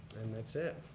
and that's it.